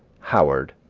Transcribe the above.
howard,